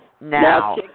now